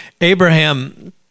Abraham